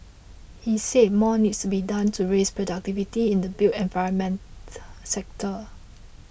he said more needs to be done to raise productivity in the built environment sector